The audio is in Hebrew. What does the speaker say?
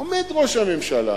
עומד ראש הממשלה,